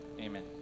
Amen